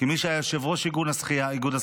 כמי שהיה יושב-ראש איגוד השחייה,